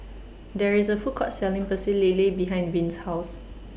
There IS A Food Court Selling Pecel Lele behind Vince's House